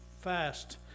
fast